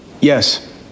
Yes